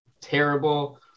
terrible